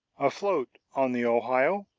afloat on the ohio,